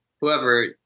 whoever